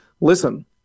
Listen